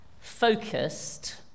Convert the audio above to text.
focused